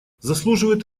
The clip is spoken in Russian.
заслуживает